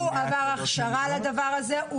הוא עבר הכשרה לדבר הזה.